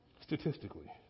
statistically